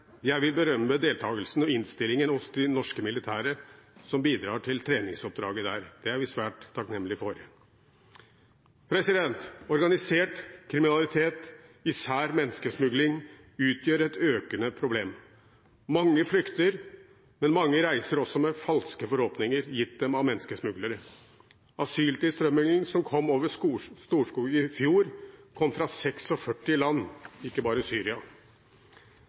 innstillingen hos de norske militære som bidrar til treningsoppdraget der. Det er vi svært takknemlige for. Organisert kriminalitet, især menneskesmugling, utgjør et økende problem. Mange flykter, men mange reiser også med falske forhåpninger, gitt dem av menneskesmuglere. Asylantene som kom over Storskog i fjor, kom fra 46 land, ikke bare Syria.